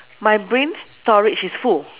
my brain storage is full